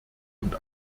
und